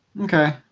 Okay